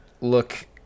look